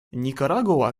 никарагуа